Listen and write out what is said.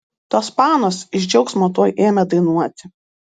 tos panos iš džiaugsmo tuoj ėmė dainuoti